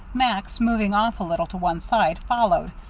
max, moving off a little to one side, followed,